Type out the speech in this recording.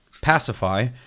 Pacify